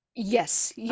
Yes